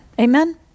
Amen